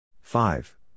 five